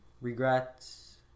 regrets